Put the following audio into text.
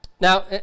Now